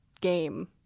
game